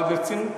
אבל ברצינות,